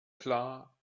klar